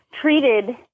treated